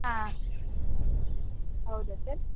ಹಾಂ ಹೌದಾ ಸರ್